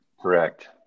Correct